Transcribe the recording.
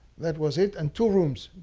that was it. and two rooms.